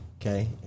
Okay